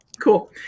Cool